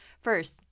First